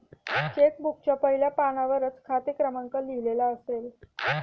check बुकच्या पहिल्या पानावरच खाते क्रमांक लिहिलेला असेल